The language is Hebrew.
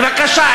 בבקשה,